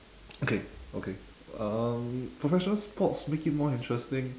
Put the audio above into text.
okay okay um professional sports make it more interesting